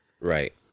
Right